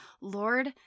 Lord